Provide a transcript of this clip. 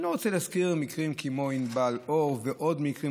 אני לא רוצה להזכיר מקרים כמו ענבל אור ועוד מקרים